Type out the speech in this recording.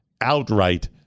outright